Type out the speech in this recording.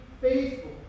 faithful